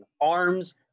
arms